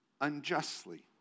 unjustly